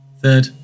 Third